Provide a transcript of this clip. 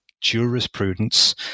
jurisprudence